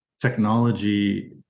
technology